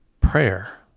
Prayer